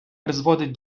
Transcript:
призводить